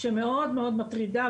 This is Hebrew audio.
שמאוד מאוד מטרידה,